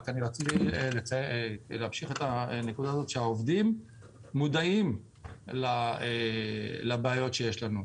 רציתי רק להמשיך את הנקודה הזאת שהעובדים מודעים לבעיות שיש לנו.